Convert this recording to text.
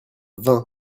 vin